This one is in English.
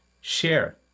share